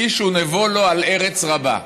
"איש ונבו לו על ארץ רבה".